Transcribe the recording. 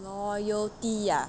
loyalty ah